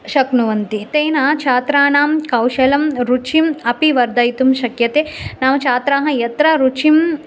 शक्नुवन्ति तेन छात्रानां कौशलं रुचिम् अपि वर्धयितुं शक्यते नाम छात्राः यत्र रुचिं